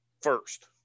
first